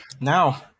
Now